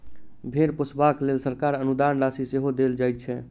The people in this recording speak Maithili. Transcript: भेंड़ पोसबाक लेल सरकार अनुदान राशि सेहो देल जाइत छै